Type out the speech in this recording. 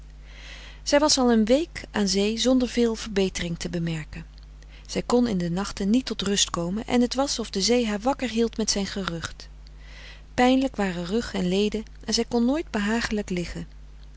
zij was al een week aan zee zonder veel verbetering te bemerken zij kon in de nachten niet tot rust komen frederik van eeden van de koele meren des doods en t was of de zee haar wakker hield met zijn gerucht pijnlijk waren rug en leden en zij kon nooit behagelijk liggen